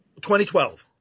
2012